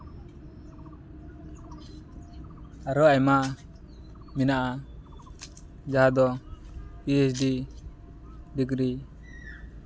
ᱟᱨᱚ ᱟᱭᱢᱟ ᱢᱮᱱᱟᱜᱼᱟ ᱡᱟᱦᱟᱸ ᱫᱚ ᱯᱤ ᱮᱭᱤᱪ ᱰᱤ ᱰᱤᱜᱽᱨᱤ